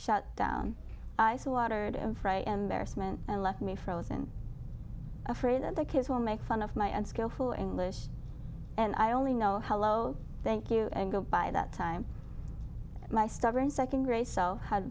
shut down i said watered and left me frozen afraid that the kids will make fun of my unskillful english and i only know hello thank you and go by that time my stubborn second great self had